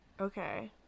Okay